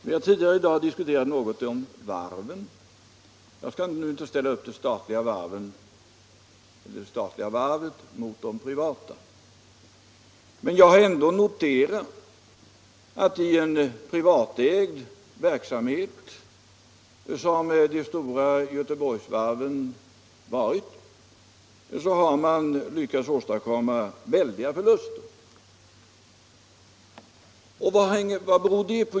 Vi har tidigare i dag något diskuterat varven. Jag skall nu inte ställa upp det statliga varvet mot det privata. Men jag har ändå noterat att i en privatägd verksamhet, som de stora Göteborgsvarven varit, har man — Nr 73 lyckats åstadkomma väldiga förluster. Vad beror det på?